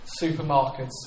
supermarkets